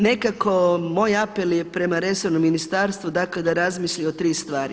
Nekako moj apel je prema resornom ministarstvu dakle da razmisli o tri stvari.